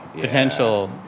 Potential